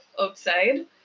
outside